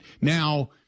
Now